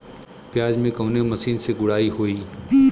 प्याज में कवने मशीन से गुड़ाई होई?